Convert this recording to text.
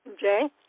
jay